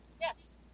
Yes